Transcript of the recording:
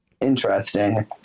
interesting